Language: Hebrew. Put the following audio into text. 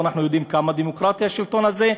ואנחנו יודעים כמה דמוקרטי השלטון הזה.